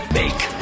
make